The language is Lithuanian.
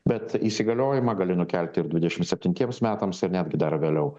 bet įsigaliojimą gali nukelti ir dvidešimt septintiems metams ar netgi dar vėliau